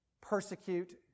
persecute